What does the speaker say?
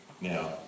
Now